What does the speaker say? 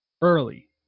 early